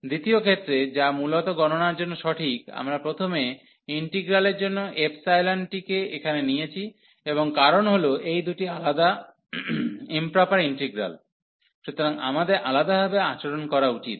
দ্বিতীয় ক্ষেত্রে যা মূলত গণনার জন্য সঠিক আমরা প্রথমে ইন্টিগ্রালের জন্য টিকে এখানে নিয়েছি এবং কারণ হল এই দুটি আলাদা ইম্প্রপার ইন্টিগ্রাল সুতরাং আমাদের আলাদাভাবে আচরণ করা উচিত